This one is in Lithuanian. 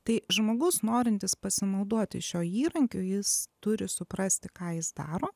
tai žmogus norintis pasinaudoti šiuo įrankiu jis turi suprasti ką jis daro